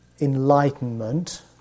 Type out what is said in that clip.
enlightenment